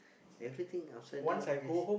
everything upside down as